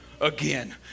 again